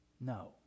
No